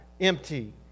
empty